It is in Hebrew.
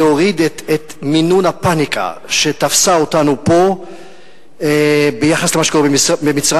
להוריד את מינון הפניקה שתפסה אותנו פה ביחס למה שקורה במצרים.